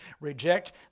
reject